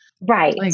Right